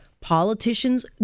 Politicians